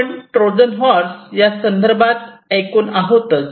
आपण Trojan horse या संदर्भात ऐकून आहोतच